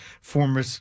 former